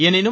எனினும்